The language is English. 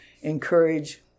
encourage